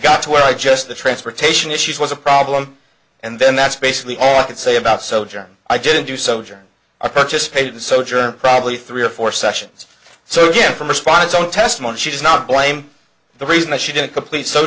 got to where i just the transportation issues was a problem and then that's basically all i can say about soldier i didn't do so german i participated the soldier probably three or four sessions so again from response on testimony she does not blame the reason why she didn't complete so